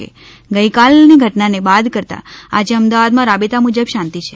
કે ગઇ કાલની ઘટનાને બાદ કરતા આજે અમદાવાદમાં રાબેત મુજબ શાંતિ છે